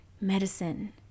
medicine